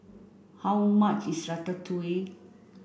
how much is Ratatouille